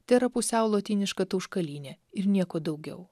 tai yra pusiau lotyniška tauškalynė ir nieko daugiau